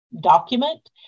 document